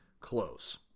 close